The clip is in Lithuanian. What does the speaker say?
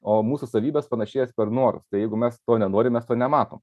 o mūsų savybės panašėjas per norus tai jeigu mes to nenorim mes to nematom